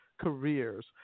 careers